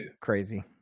crazy